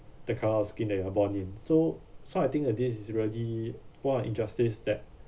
the colour of skin that you are born in so so I think that this really poor injustice that